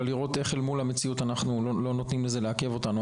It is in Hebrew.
אלא לראות איך אל מול המציאות אנחנו לא נותנים לזה לעכב אותנו.